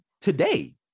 today